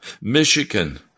Michigan